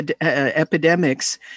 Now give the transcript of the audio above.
epidemics